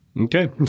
Okay